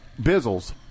Bizzles